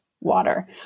water